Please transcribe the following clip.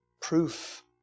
Proof